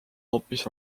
hoopis